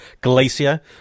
Glacier